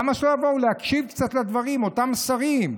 למה שלא יבואו להקשיב קצת לדברים, אותם שרים?